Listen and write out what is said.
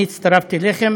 אני הצטרפתי אליכם,